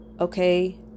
okay